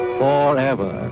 forever